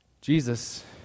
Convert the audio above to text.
Jesus